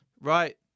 Right